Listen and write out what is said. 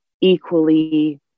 equally